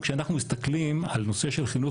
כשאנחנו מסתכלים על נושא של חינוך